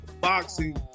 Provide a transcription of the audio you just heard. boxing